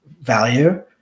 value